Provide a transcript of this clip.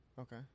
Okay